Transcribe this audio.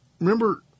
remember